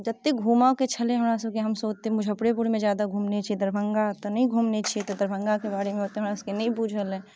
जतेक घूमऽके छलै हँ हमरा सभकेँ हम सभ ओतेक मुजफ्फरपुरेमे जादा घूमने छियै दरभङ्गा तऽ नहि घूमने छियै तऽ दरभङ्गाके बारेमे ओतेक हमरा सभकेँ नहि बूझल अछि